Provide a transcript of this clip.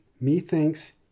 methinks